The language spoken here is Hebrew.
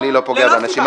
אני לא פוגע באנשים.